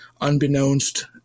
unbeknownst